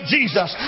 Jesus